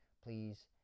Please